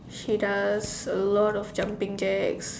she does a lot of jumping jacks